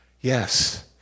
yes